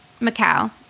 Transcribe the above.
Macau